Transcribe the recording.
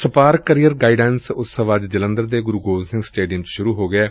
spark career guidance ਉਤਸਵ ਅੱਜ ਜਲੰਧਰ ਦੇ ਗੁਰੂ ਗੋਬਿੰਦ ਸਿੰਘ ਸਟੇਰੀਅਮ ਚ ਸ਼ੁਰੂ ਹੋ ਗਿਐ